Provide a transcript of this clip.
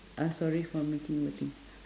I'm sorry for making you waiting